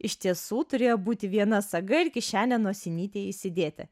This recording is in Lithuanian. iš tiesų turėjo būti viena saga ir kišenė nosinytei įsidėti